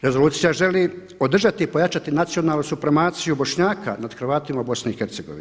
Rezolucija želi održati i pojačati nacionalnu supremaciju Bošnjaka nad Hrvatima u BiH.